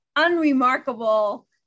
unremarkable